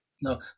No